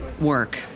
work